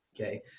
okay